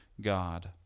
God